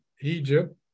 Egypt